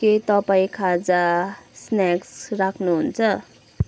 के तपाईँ खाजा स्न्याक्स राख्नुहुन्छ